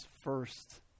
first